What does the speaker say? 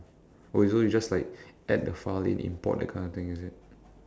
oh so you just like add the file then import that kind of thing is it